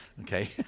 Okay